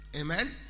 amen